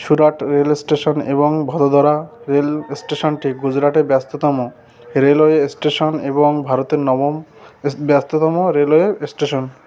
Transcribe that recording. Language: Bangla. সুরাট রেলস্টেশন এবং ভদোদরা রেল স্টেশন টি গুজরাটে ব্যস্ততম রেলওয়ে স্টেশন এবং ভারতের নবম ব্যস্ততম রেলওয়ে স্টেশন